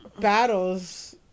battles